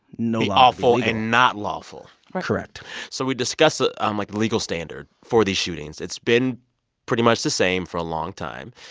awful and not lawful correct so we discussed the, um like, legal standard for these shootings. it's been pretty much the same for a long time.